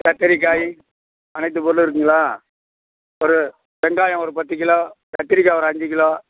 கத்தரிக்காய் அனைத்து பொருளும் இருக்குதுங்களா ஒரு வெங்காயம் ஒரு பத்துக்கிலோ கத்தரிக்கா ஒரு அஞ்சி கிலோ